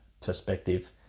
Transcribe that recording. perspective